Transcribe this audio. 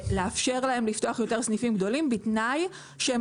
לאפשר להם לפתוח יותר סניפים גדולים בתנאי שהם